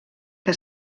que